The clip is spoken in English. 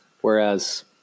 Whereas